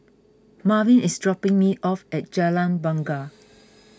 Marvin is dropping me off at Jalan Bungar